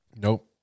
nope